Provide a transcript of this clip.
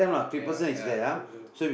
ya ya three person